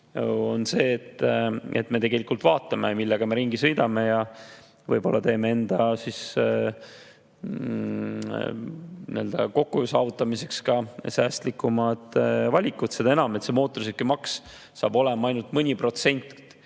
on see, et me tegelikult vaatame, millega me ringi sõidame, ja võib-olla teeme kokkuhoiu saavutamiseks säästlikumad valikud. Seda enam, et mootorsõidukimaks hakkab olema ainult mõni protsent